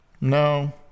No